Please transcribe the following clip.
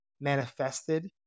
manifested